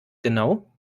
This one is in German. genau